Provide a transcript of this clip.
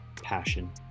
passion